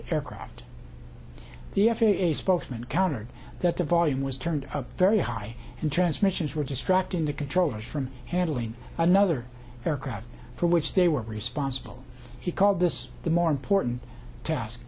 d aircraft the f a a spokesman countered that the volume was turned up very high and transmissions were distracting the controllers from handling another aircraft for which they were responsible he called this the more important task